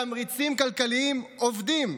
תמריצים כלכליים עובדים.